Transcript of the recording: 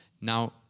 Now